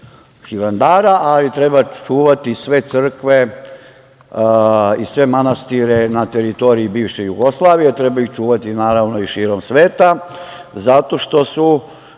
ali treba čuvati sve crkve i sve manastire na teritoriji bivše Jugoslavije, treba ih čuvati naravno i širom sveta zato što su